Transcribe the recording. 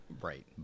Right